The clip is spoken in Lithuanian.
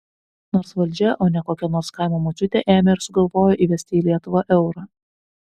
nors valdžia o ne kokia nors kaimo močiutė ėmė ir sugalvojo įvesti į lietuvą eurą